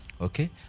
Okay